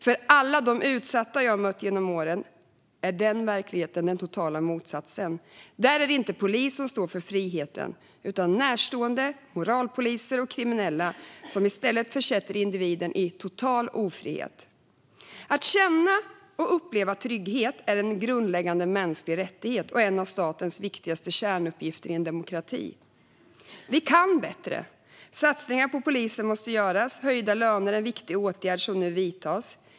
För alla de utsatta jag mött genom åren är verkligheten den totala motsatsen. Där är det inte polisen som står för friheten, utan i stället är det närstående, moralpoliser och kriminella som försätter individen i total ofrihet. Att känna och uppleva trygghet är en grundläggande mänsklig rättighet och en av statens viktigaste kärnuppgifter i en demokrati. Vi kan bättre. Satsningar på polisen måste göras. Höjda löner är en viktig åtgärd som nu vidtas.